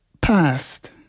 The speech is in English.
past